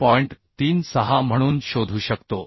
36 म्हणून शोधू शकतो